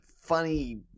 funny